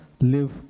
live